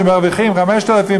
שמרוויחים 5,000,